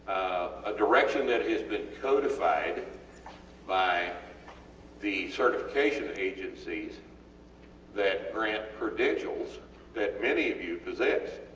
a direction that has been codified by the certification agencies that grant credentials that many of you possess.